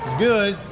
good,